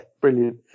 brilliant